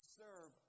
serve